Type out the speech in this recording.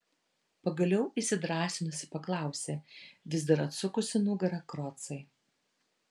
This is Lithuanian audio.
pagaliau įsidrąsinusi paklausė vis dar atsukusi nugarą krocai